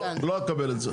לא אקבל את זה.